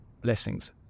blessings